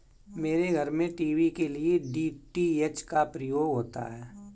मेरे घर में टीवी के लिए डी.टी.एच का प्रयोग होता है